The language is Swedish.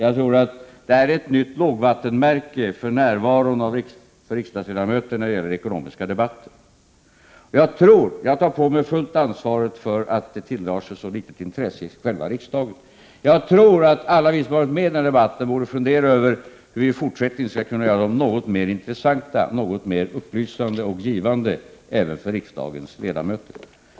Jag tror att det här är ett nytt lågvattenmärke för närvaron av riksdagsledamöter när det gäller ekonomiska debatter. Jag tar på mig det fulla ansvaret för att den tilldrar sig så litet intresse i själva riksdagen. Alla vi som har varit med i de här debatterna borde fundera över hur vi i fortsättningen skall kunna göra dem något mera intressanta, upplysande och givande även för riksdagens ledamöter.